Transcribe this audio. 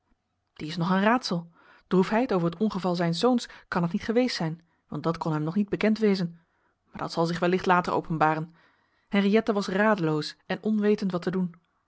die is nog een raadsel droefheid over het ongeval zijns zoons kan het niet geweest zijn want dat kon hem nog niet bekend wezen maar dat zal zich wellicht later openbaren henriëtte was radeloos en onwetend wat te doen